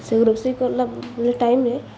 ସେ ରୋଷେଇ କରଲା ଟାଇମ୍ରେ